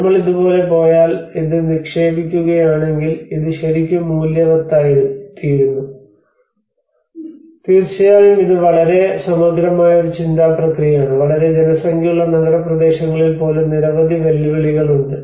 നമ്മൾ ഇതുപോലെ പോയാൽ ഇത് നിക്ഷേപിക്കുകയാണെങ്കിൽ ഇത് ശരിക്കും മൂല്യവത്തായിരുന്നു തീർച്ചയായും ഇത് വളരെ സമഗ്രമായ ഒരു ചിന്താ പ്രക്രിയയാണ് വളരെ ജനസംഖ്യയുള്ള നഗരപ്രദേശങ്ങളിൽ പോലും നിരവധി വെല്ലുവിളികൾ ഉണ്ട്